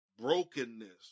brokenness